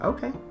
Okay